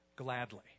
gladly